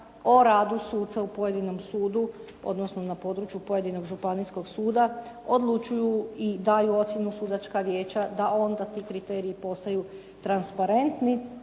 o radu suca u pojedinom sudu odnosno na području pojedinog županijskog suda odlučuju i daju ocjenu sudačka vijeća da onda ti kriteriji postaju transparentni